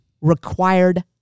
required